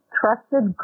trusted